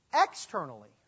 externally